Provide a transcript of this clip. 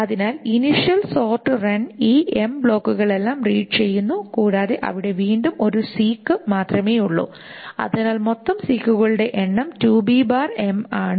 അതിനാൽ initial sorted run ഈ ബ്ലോക്കുകളെല്ലാം റീഡ് ചെയ്യുന്നു കൂടാതെ അവിടെ ഒരു സീക് മാത്രമേയുള്ളൂ അതിനാൽ മൊത്തം സീക്കുകളുടെ എണ്ണം ആണ്